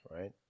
right